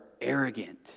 arrogant